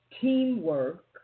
teamwork